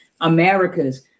Americas